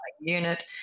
unit